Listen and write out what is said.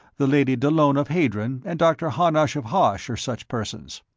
the lady dallona of hadron, and dr. harnosh of hosh, are such persons.